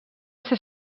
ser